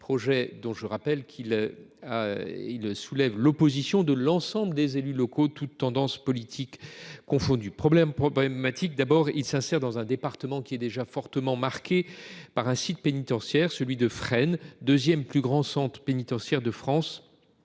je le rappelle, l’opposition de l’ensemble des élus locaux, toutes tendances politiques confondues. D’abord, ce projet s’insère dans un département qui est déjà fortement marqué par un site pénitentiaire, celui de Fresnes, deuxième plus grand centre pénitentiaire de France,